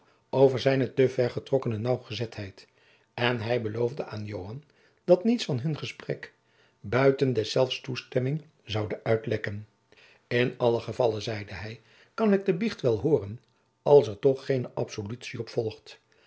over zijne te ver getrokkene naauwgezetheid en hij beloofde aan joan dat niets van hun gesprek buiten deszelfs toestemming zoude uitlekken in allen gevalle zeide hij kan ik de biecht wel hooren als er toch geene absolutie op volgt